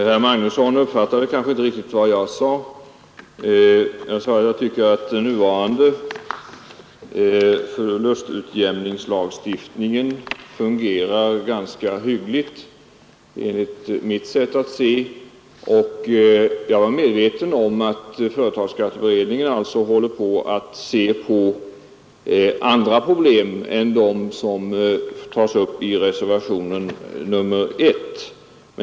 Herr Magnusson i Borås uppfattade kanske inte riktigt när jag sade att den nuvarande förlustutjämningslagstiftningen fungerar hyggligt enligt mitt sätt att se. Jag är medveten om att företagsskatteutredningen också ägnar sig åt andra problem i förlustutjämningsförordningen än dem som tas upp i reservationen 1.